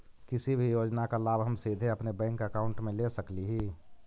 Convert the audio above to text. किसी भी योजना का लाभ हम सीधे अपने बैंक अकाउंट में ले सकली ही?